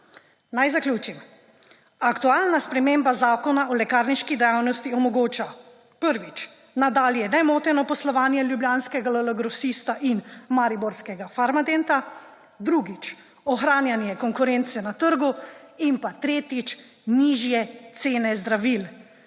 Naj zaključim. Aktualna sprememba zakona o lekarniški dejavnosti omogoča: prvič, nadalje nemoteno poslovanje ljubljanskega LL Grosista in mariborskega Farmadenta, drugič, ohranjanje konkurence na trgu in tretjič, nižje cene zdravil.